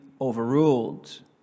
overruled